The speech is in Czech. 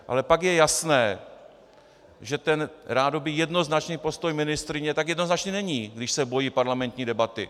Ale pak je jasné, že ten rádoby jednoznačný postoj ministryně tak jednoznačný není, když se bojí parlamentní debaty.